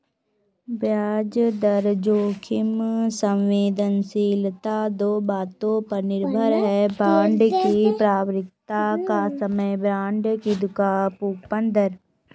ब्याज दर जोखिम संवेदनशीलता दो बातों पर निर्भर है, बांड की परिपक्वता का समय, बांड की कूपन दर